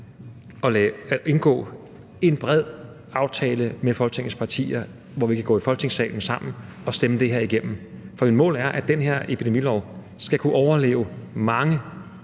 at indgå en bred aftale med Folketingets partier, hvor vi kan gå i Folketingssalen sammen og stemme det her igennem. For mit mål er, at den her epidemilov skal kunne overleve mange